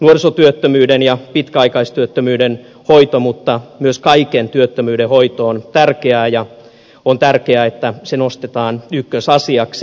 nuorisotyöttömyyden ja pitkäaikaistyöttömyyden hoito mutta myös kaiken työttömyyden hoito on tärkeää ja on tärkeää että se nostetaan ykkösasiaksi